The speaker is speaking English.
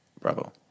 bravo